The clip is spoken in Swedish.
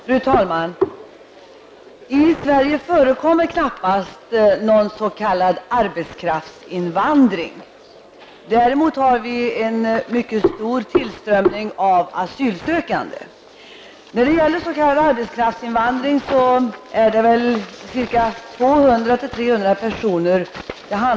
Fru talman! I Sverige förekommer knappast någon s.k. arbetskraftsinvandring. Däremot har vi en mycket stor tillströmning av asylsökande. När det gäller s.k. arbetskraftsinvandring handlar det om ca 200--300 personer årligen.